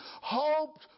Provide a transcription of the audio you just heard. hoped